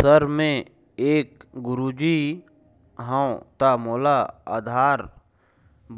sir मे एक गुरुजी हंव ता मोला आधार